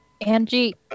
Angie